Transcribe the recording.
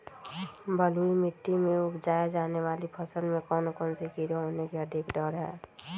बलुई मिट्टी में उपजाय जाने वाली फसल में कौन कौन से कीड़े होने के अधिक डर हैं?